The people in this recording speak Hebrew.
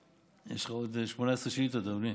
יש לך עוד 18 שאילתות, אדוני.